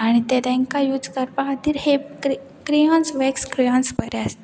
आनी ते तांकां यूज करपा खातीर हे क्र क्रेयन्स वॅक्स क्रेयन्स बरे आसता